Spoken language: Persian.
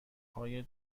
های